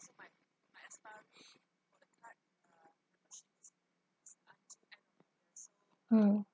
hmm